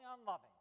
unloving